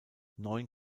neun